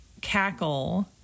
cackle